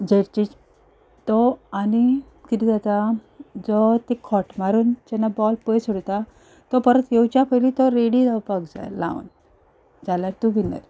जर तो आनी किदें जाता जो ती खोंट मारून जेन्ना बॉल पयस उडयता तो परत येवच्या पयलीं तूं थंय रेडी जावपा जाय लावन जाल्यार तूं उरलें